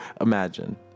imagine